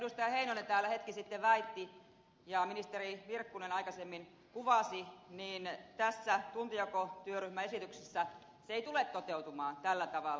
heinonen täällä hetki sitten väitti ja ministeri virkkunen aikaisemmin kuvasi tuntijakotyöryhmän esityksessä se ei tule toteutumaan tällä tavalla